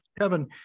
Kevin